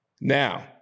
now